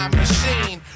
machine